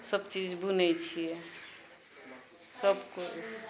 सबचीज बुनै छियै सब कुछ